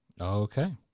Okay